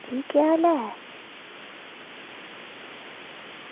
जी केह् हाल ऐ